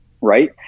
Right